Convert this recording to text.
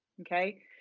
Okay